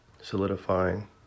solidifying